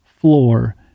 floor